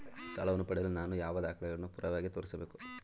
ಸಾಲವನ್ನು ಪಡೆಯಲು ನಾನು ಯಾವ ದಾಖಲೆಗಳನ್ನು ಪುರಾವೆಯಾಗಿ ತೋರಿಸಬೇಕು?